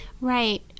Right